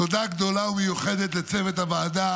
תודה גדולה ומיוחדת לצוות הוועדה